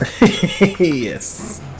Yes